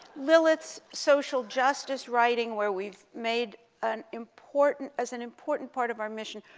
lilith's social justice writing, where we've made an important as an important part of our mission,